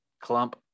clump